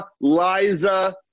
Liza